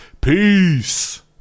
peace